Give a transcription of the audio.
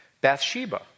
Bathsheba